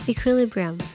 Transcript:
Equilibrium